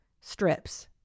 strips